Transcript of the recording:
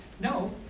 no